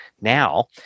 now